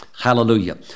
Hallelujah